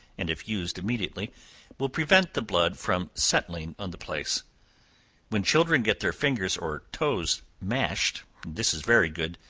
and if used immediately will prevent the blood from settling on the place when children get their fingers or toes mashed, this is very good,